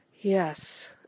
yes